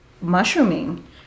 mushrooming